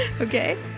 Okay